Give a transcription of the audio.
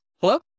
Hello